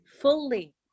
fully